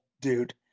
dude